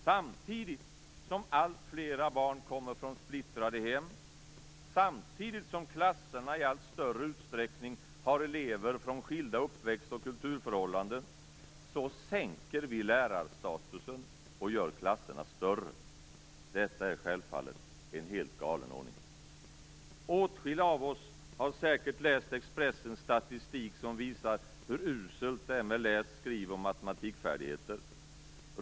Samtidigt som alltfler barn kommer från splittrade hem, samtidigt som klasserna i allt större utsträckning har elever från skilda uppväxt och kulturförhållanden, sänker vi lärarstatusen och gör klasserna större. Detta är självfallet en helt galen ordning. Åtskilliga av oss har säkert läst Expressens statistik som visar hur uselt det är med läs-, skriv och matematikfärdigheter.